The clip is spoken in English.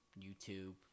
YouTube